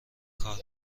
کار